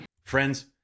Friends